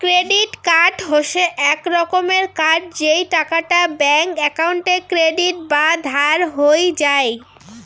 credit card হসে এক রকমের কার্ড যেই টাকাটা ব্যাঙ্ক একাউন্টে ক্রেডিট বা ধার হই যাই